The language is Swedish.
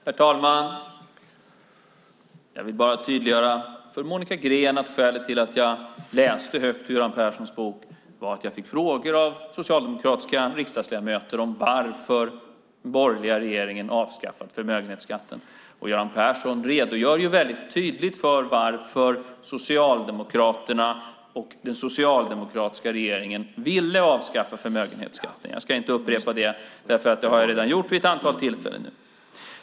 Herr talman! Jag vill bara tydliggöra för Monica Green att skälet till att jag läste högt ur Göran Perssons bok var att jag fick frågor av socialdemokratiska riksdagsledamöter om varför den borgerliga regeringen har avskaffat förmögenhetsskatten. Göran Persson redogör ju väldigt tydligt för varför Socialdemokraterna och den socialdemokratiska regeringen ville avskaffa förmögenhetsskatten. Jag ska inte upprepa det, för det har jag redan gjort vid ett antal tillfällen nu.